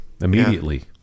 immediately